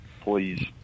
Please